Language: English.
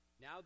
Now